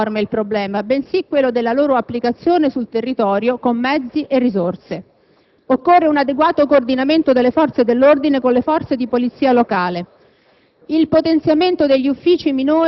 Sappiamo però che non è l'assenza di norme il problema, bensì quello della loro applicazione sul territorio con mezzi e risorse. Occorre un adeguato coordinamento delle forze dell'ordine con le forze di polizia locale,